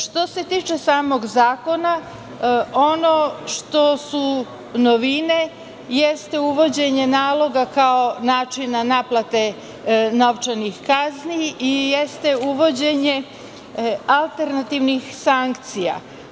Što se tiče samog zakona, ono što su novine, jeste uvođenje naloga kao načina naplate novčanih kazni i jeste uvođenje alternativnih sankcija.